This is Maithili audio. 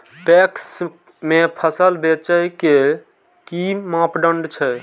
पैक्स में फसल बेचे के कि मापदंड छै?